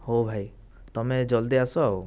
ହଉ ଭାଇ ତୁମେ ଜଲ୍ଦି ଆସ ଆଉ